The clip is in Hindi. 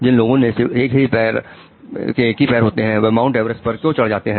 जिन लोगों के सिर्फ एक ही पैर होता है वह माउंट एवरेस्ट पर क्यों चढ़ जाते हैं